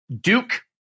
Duke